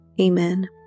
Amen